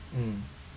mm